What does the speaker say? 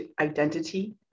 identity